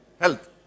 Health